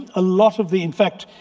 a lot of the, in fact,